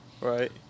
Right